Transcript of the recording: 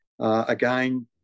Again